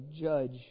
judge